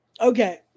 Okay